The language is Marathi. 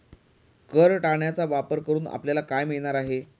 कर टाळण्याचा वापर करून आपल्याला काय मिळणार आहे?